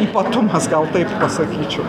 ypatumas gal taip pasakyčiau